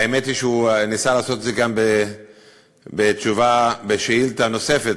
האמת היא שהוא ניסה לעשות את זה גם בשאילתה אחרת,